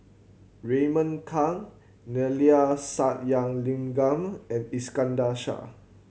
Raymond Kang Neila Sathyalingam and Iskandar Shah